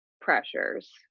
pressures